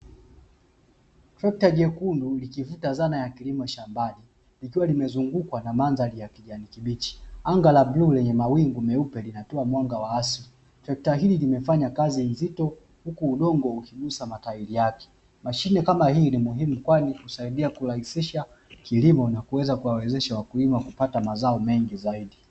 Trekta jekundu likivuta dhana ya kilimo shambani likiwa limezungukwa na mandhari ya kijani kibichi, anga la bluu lenye mawingu meupe linatoa mwanga wa asili, trekta hili limefanya kazi nzito huku udongo ukigusa matairi yake mashine kama hii ni muhimu kwani husaidia kurahisisha kilimo na kuweza kuwawezesha wakulima kupata mazao mengi zaidi.